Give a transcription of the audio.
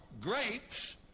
grapes